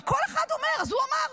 כל אחד אומר: אז הוא אמר.